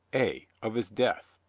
ay, of his death,